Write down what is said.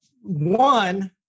one